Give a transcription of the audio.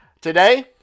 Today